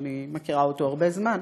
שאני מכירה אותו הרבה זמן,